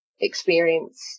experience